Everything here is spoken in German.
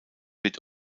wird